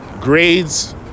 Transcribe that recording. Grades